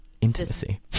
Intimacy